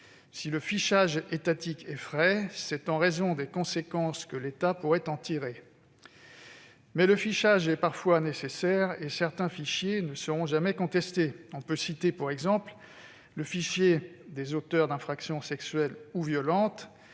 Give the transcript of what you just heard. Si le fichage étatique effraye, c'est en raison des conséquences que l'État pourrait en tirer, mais le fichage est parfois nécessaire et certains fichiers ne seront jamais contestés. On peut citer pour exemple le fichier des auteurs d'infractions sexuelles ou violentes,